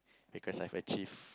because I've achieved